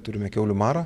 turime kiaulių marą